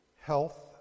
health